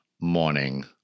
morning